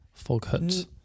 Foghut